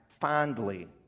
fondly